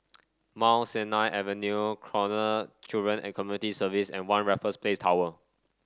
Mount Sinai Avenue Canossaville Children and Community Service and One Raffles Place Tower